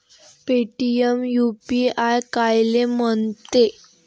Paytm UPI कायले म्हनते?